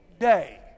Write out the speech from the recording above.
Day